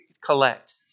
collect